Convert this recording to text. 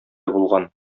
булган